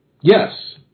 Yes